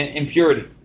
impurity